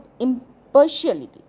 impartiality